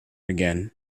again